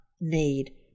need